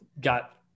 got